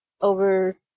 over